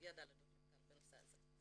יד על הדופק בנושא הזה.